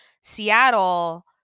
seattle